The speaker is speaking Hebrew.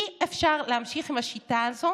אי-אפשר להמשיך עם השיטה הזו